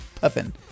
puffin